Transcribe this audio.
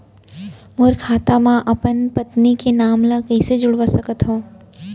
मोर खाता म अपन पत्नी के नाम ल कैसे जुड़वा सकत हो?